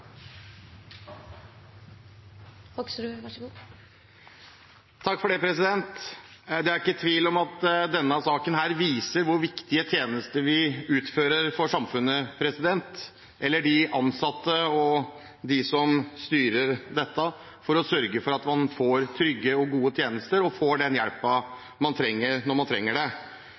ikke tvil om at denne saken viser hvor viktige tjenester de ansatte og de som styrer dette, utfører for samfunnet. De sørger for at man får trygge og gode tjenester og den hjelpen man trenger, når man trenger det.